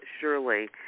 surely